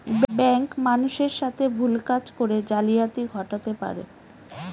bank মানুষের সাথে ভুল কাজ করে জালিয়াতি ঘটাতে পারে